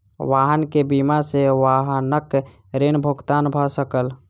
वाहन के बीमा सॅ वाहनक ऋण भुगतान भ सकल